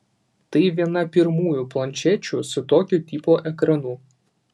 tai viena pirmųjų planšečių su tokio tipo ekranu